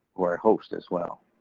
or our host as well?